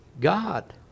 God